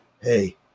hey